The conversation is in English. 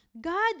God